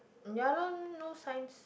ya loh no science